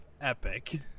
epic